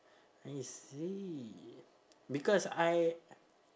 I see because I